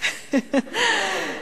על הדמוקרטיה באותה הזדמנות.